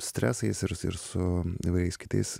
stresais ir ir su įvairiais kitais